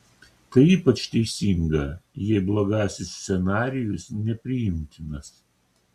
tai ypač teisinga jei blogasis scenarijus nepriimtinas